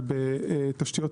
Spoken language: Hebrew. יצליח.